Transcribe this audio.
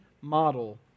model